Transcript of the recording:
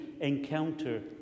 encounter